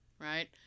right